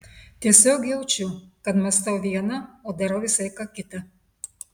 tiesiog jaučiu kad mąstau viena o darau visai ką kita